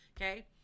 Okay